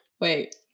wait